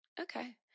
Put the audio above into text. okay